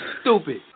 stupid